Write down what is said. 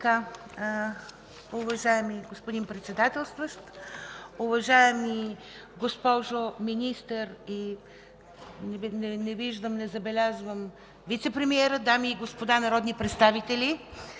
(Атака): Уважаеми господин Председателстващ, уважаема госпожо Министър, не забелязвам вицепремиера, дами и господа народни представители!